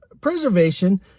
preservation